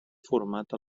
format